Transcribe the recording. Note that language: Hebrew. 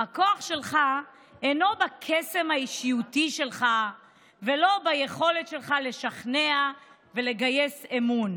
הכוח שלך אינו בקסם האישיותי שלך ולא ביכולת שלך לשכנע ולגייס אמון,